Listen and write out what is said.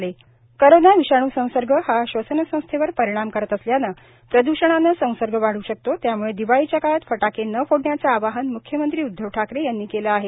म्ख्यमंत्री उद्धव ठाकरे कोरोना विषाणू संसर्ग हा श्वसनसंस्थेवर परिणाम करत असल्याने प्रद्षणांने संसर्ग वाढू शकतो त्यामुळे दिवाळीच्या काळात फटाके न फोडण्याचं आवाहन म्ख्यमंत्री उद्वव ठाकरे यांनी केलं आहे